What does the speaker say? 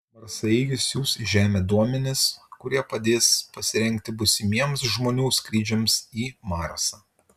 marsaeigis siųs į žemę duomenis kurie padės pasirengti būsimiems žmonių skrydžiams į marsą